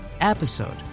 episode